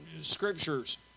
scriptures